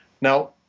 Now